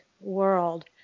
world